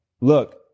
look